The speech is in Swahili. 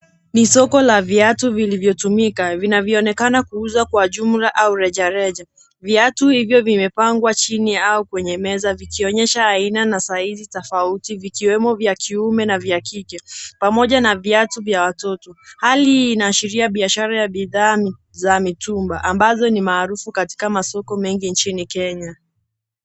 Ni soko la viatu vilivyotumika, vinavyoonekana kuuzwa kwa jumla au reja reja. Viatu hivyo vimepangwa chini au kwenye meza zikionyesha aina na staili tofauti vikiwemo vya kiume na vya kike ,pamoja na viatu vya watoto. Hali hii inaashiria biashara ya bidhaa za mitumba ambazo ni maarufu katika masoko mengi nchini Kenya .